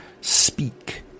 speak